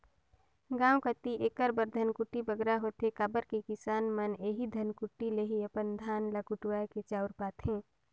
गाँव कती एकर बर धनकुट्टी बगरा होथे काबर कि किसान मन एही धनकुट्टी ले ही अपन धान ल कुटवाए के चाँउर पाथें